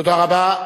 תודה רבה.